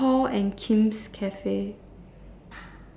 Paul and Kim's cafe